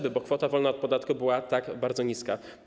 bo kwota wolna od podatku była tak bardzo niska.